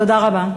תודה רבה.